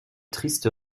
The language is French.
triste